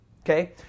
Okay